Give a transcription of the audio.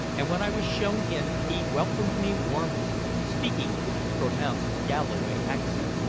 and when i was shown in he welcomed me warmly, speaking with his pronounced galloway accent.